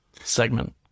segment